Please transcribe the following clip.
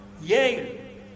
Yale